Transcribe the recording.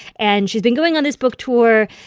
and she's been going on this book tour,